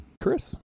Chris